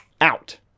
Out